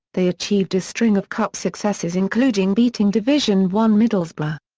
they achieved a string of cup successes including beating division one middlesbrough.